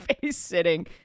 face-sitting